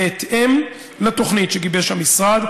בהתאם לתוכנית שגיבש המשרד,